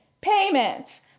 payments